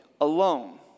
alone